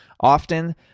often